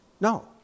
No